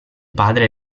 padre